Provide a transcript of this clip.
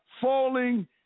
falling